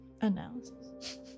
analysis